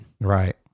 Right